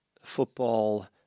football